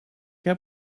heb